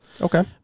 Okay